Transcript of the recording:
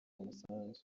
musanzu